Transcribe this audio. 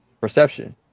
perception